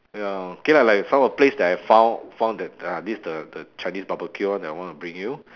ya okay lah like some of the place that I found found that the this the the chinese barbecue [one] that I want to bring you